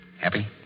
Happy